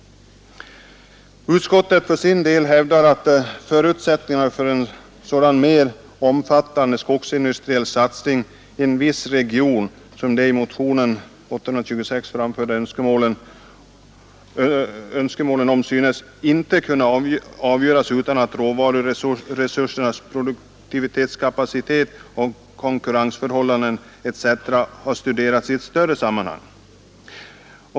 Utskottet för sin del hävdar att förutsättningarna för ”en sådan mera omfattande skogsindustriell satsning i en viss region som det i motionen 1973:826 framställs önskemål om synes inte kunna avgöras utan att råvaruresurser, produktionskapacitet, konkurrensförhållanden etc. har studerats i ett större sammanhang”.